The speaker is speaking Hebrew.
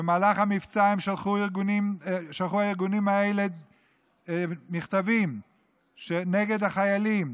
במהלך המבצע שלחו הארגונים האלה מכתבים נגד החיילים,